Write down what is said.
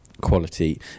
quality